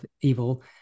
evil